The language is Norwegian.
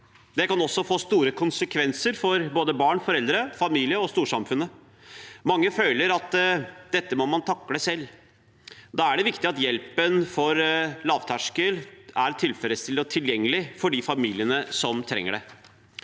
Det kan også få store konsekvenser for både barn, foreldre, familie og storsamfunn. Mange føler at dette må man takle selv. Da er det viktig at lavterskel hjelp er tilfredsstillende og tilgjengelig for de familiene som trenger det.